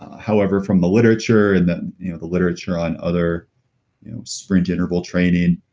however, from the literature and that you know the literature on other sprint interval training,